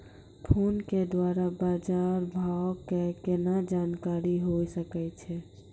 Phone के द्वारा बाज़ार भाव के केना जानकारी होय सकै छौ?